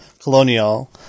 Colonial